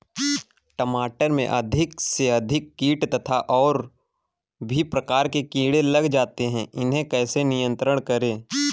टमाटर में अधिक से अधिक कीट तथा और भी प्रकार के कीड़े लग जाते हैं इन्हें कैसे नियंत्रण करें?